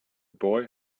boy